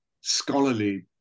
scholarly